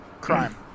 crime